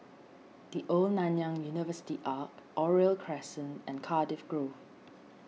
the Old Nanyang University Arch Oriole Crescent and Cardiff Grove